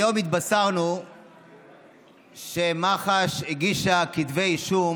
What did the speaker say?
היום התבשרנו שמח"ש הגישה כתבי אישום